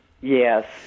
Yes